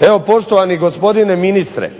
Evo poštovani gospodine ministre,